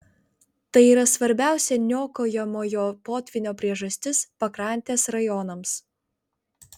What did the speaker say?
tai yra svarbiausia niokojamojo potvynio priežastis pakrantės rajonams